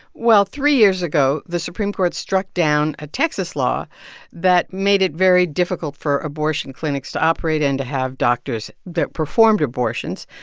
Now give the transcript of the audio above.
well, three years ago, the supreme court struck down a texas law that made it very difficult for abortion clinics to operate and to have doctors that performed abortions.